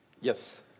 Yes